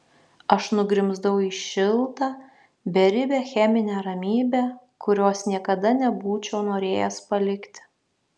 aš nugrimzdau į šiltą beribę cheminę ramybę kurios niekada nebūčiau norėjęs palikti